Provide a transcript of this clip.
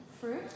fruit